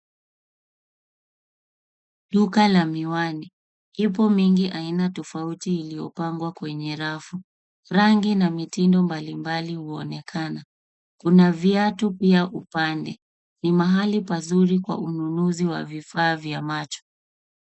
Duka la miwani ipo mengi ya aina tofauti yaliyopangwa kwenye rafu . Rangi na mitindo mbalimbali huonekana kuna viatu pia upande ni mahali pazuri pa ununuzi wa vifaa vya macho.